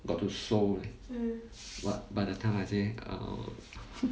got to sew leh but but the time I say err